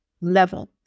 level